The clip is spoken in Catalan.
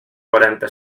quaranta